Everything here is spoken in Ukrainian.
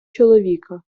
чоловіка